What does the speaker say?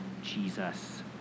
Jesus